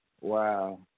Wow